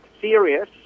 serious